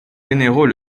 généraux